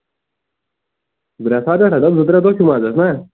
برسوار پیٚٹھٕ گوٚ زٕ ترٛےٚ دۄہ چھِ لگان چھِنا